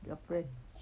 your friend